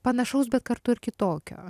panašaus bet kartu ir kitokio